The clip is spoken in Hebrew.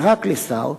ורק לשר,